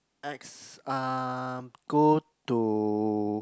ex um go to